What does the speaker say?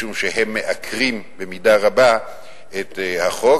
משום שהן מעקרות במידה רבה את החוק.